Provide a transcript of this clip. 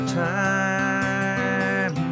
time